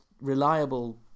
reliable